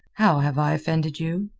how have i offended you?